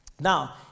Now